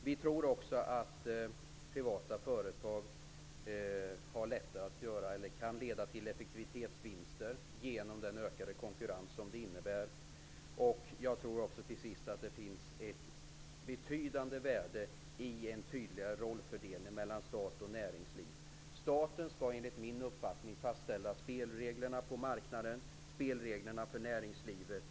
Vi tror också att privata företag har lättare att få fram effektivitetsvinster genom den ökade konkurrens de är utsatta för. Jag tror till sist att det finns ett betydande värde i en tydligare rollfördelning mellan stat och näringsliv. Staten skall enligt min uppfattning fastställa spelreglerna på marknaden, spelreglerna för näringslivet.